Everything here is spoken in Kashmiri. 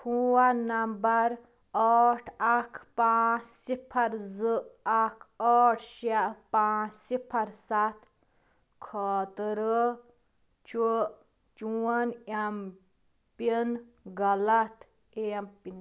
فون نمبر ٲٹھ اَکھ پانٛژھ صِفَر زٕ اَکھ ٲٹھ شےٚ پانٛژھ صِفَر سَتھ خٲطرٕ چھُ چون ایٚم پِن غلط ایٚم پِن